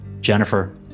Jennifer